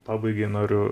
pabaigai noriu